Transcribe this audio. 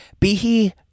Behe